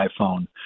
iPhone